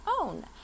own